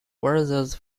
versus